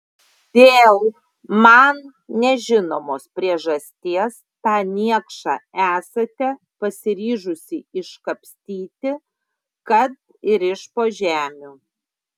dėl man nežinomos priežasties tą niekšą esate pasiryžusi iškapstyti kad ir iš po žemių